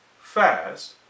fast